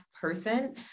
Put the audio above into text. person